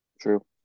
True